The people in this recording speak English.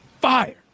fire